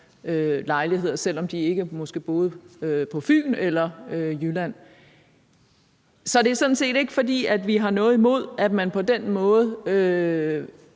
lejligheder, selv om de måske ikke boede på Fyn eller i Jylland. Så det er sådan set ikke, fordi vi har noget imod, at man på den måde